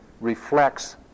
reflects